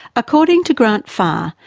according to grant farr,